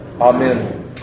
Amen